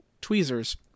tweezers